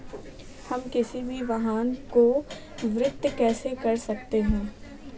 हम किसी भी वाहन को वित्त कैसे कर सकते हैं?